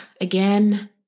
again